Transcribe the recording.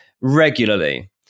regularly